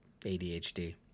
ADHD